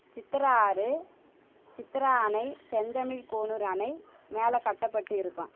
சித்திரா ஆறு சித்திரா அணை செந்தமிழ் கோனூர் அணை மேலே கட்டப்பட்டு இருக்கும்